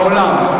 בעולם.